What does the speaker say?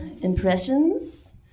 impressions